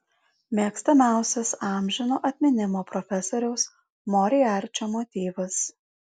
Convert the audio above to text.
mėgstamiausias amžino atminimo profesoriaus moriarčio motyvas